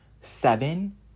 seven